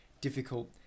difficult